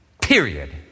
period